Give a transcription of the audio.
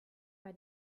bei